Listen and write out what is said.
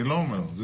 אני לא אומר שלא.